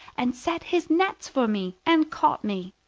and set his nets for me and caught me.